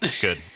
good